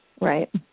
right